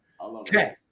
okay